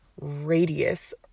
radius